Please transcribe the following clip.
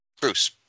Bruce